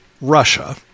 Russia